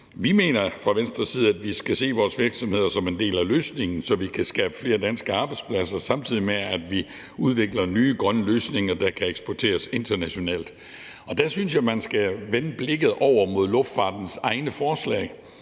Vi mener i Venstre, at vi skal se vores virksomheder som en del af løsningen, så vi kan skabe flere danske arbejdspladser, samtidig med at vi udvikler nye grønne løsninger, der kan eksporteres internationalt. Der synes jeg, at man skal vende blikket mod luftfartens egne forslag.